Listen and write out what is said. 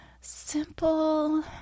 simple